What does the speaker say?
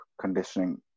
conditioning